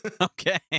okay